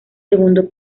segundo